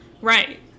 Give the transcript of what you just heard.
Right